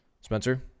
Spencer